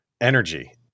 energy